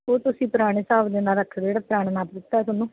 ਉਹ ਤੁਸੀਂ ਪੁਰਾਣੇ ਹਿਸਾਬ ਦੇ ਨਾਲ ਰੱਖ ਦਿਓ ਜਿਹੜਾ ਪੁਰਾਣਾ ਨਾਪ ਦਿੱਤਾ ਤੁਹਾਨੂੰ